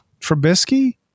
Trubisky